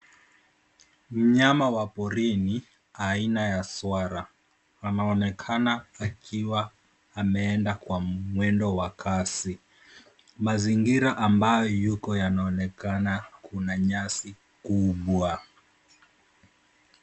Ni mnyama wa porini aina ya swara. Anaonekana akiwa ameenda kwa mwendo wa kasi. Mazingira ambayo yuko yanaonekana kuna nyasi kubwa.